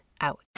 out